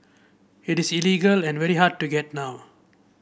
it is illegal and very hard to get now